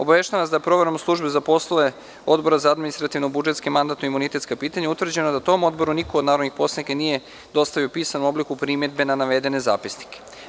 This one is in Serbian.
Obaveštavam vas da je proverom u Službi za poslove Odbora za administrativno – budžetska i mandatno – imunitetska pitanja, utvrđeno da tom odboru niko od narodnih poslanika nije dostavio u pisanom obliku primedbe na navedene zapisnike.